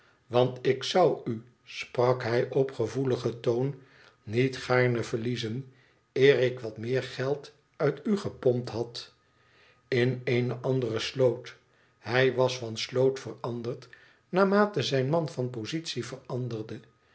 want ik zou u sprak hij op gevoeligen toon niet gaarne verliezen eer ik wat meer geld uit u gepompt had in eene andere sloot hij was van sloot veranderd naarmate zijn man van positie veranderde